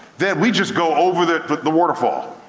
that we just go over the but the waterfall.